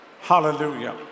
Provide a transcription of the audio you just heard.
Hallelujah